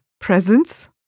presence